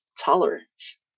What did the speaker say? tolerance